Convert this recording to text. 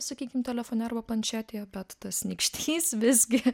sakykim telefone arba planšetėje bet tas nykštys visgi